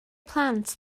plant